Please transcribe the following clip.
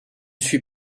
suis